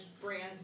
brands